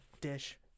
dish